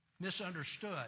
misunderstood